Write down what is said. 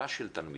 הכשרה של תלמידים,